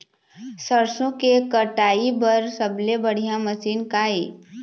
सरसों के कटाई बर सबले बढ़िया मशीन का ये?